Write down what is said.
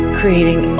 creating